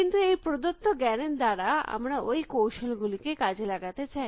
কিন্তু এই প্রদত্ত জ্ঞানের দ্বারা আমরা ওই কৌশল গুলিকে কাজে লাগাতে চাই